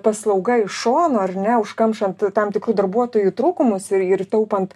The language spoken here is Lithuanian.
paslauga iš šono ar ne užkamšant tam tikrų darbuotojų trūkumus ir ir taupant